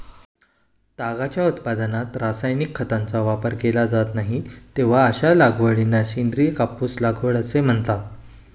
तागाच्या उत्पादनात रासायनिक खतांचा वापर केला जात नाही, तेव्हा अशा लागवडीला सेंद्रिय कापूस लागवड असे म्हणतात